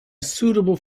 suitable